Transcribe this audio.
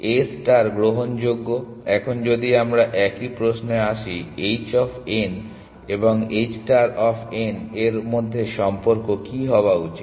A star গ্রহণযোগ্য এখন যদি আমরা আবার একই প্রশ্নে আসি h অফ n এবং h ষ্টার অফ n এর মধ্যে সম্পর্ক কি হওয়া উচিত